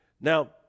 Now